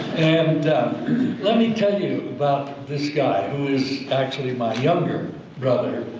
and let me tell you about this guy, who's actually my younger brother,